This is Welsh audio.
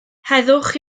heddwch